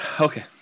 okay